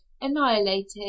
annihilated